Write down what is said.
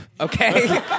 Okay